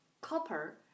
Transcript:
Copper